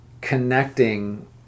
connecting